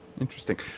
interesting